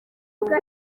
ubu